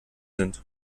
sind